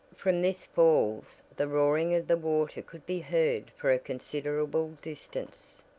from this falls the roaring of the water could be heard for a considerable distance,